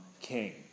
king